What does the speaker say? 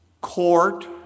court